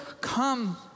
come